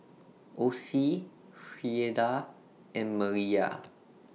Osie Frieda and Maliyah